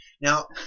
Now